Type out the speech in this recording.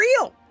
real